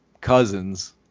cousins